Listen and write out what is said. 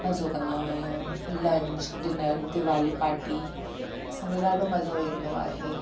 मज़ो कंदा आहियूं लंच डिनर दीवाली पार्टी असांखे ॾाढो मज़ो ईंदो आहे